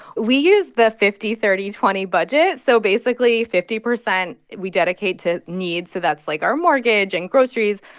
we use the fifty thirty twenty budget. so basically fifty percent we dedicate to needs, so that's, like, our mortgage and groceries.